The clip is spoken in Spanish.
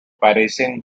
parecen